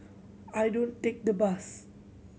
I don't take the bus